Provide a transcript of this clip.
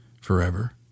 forever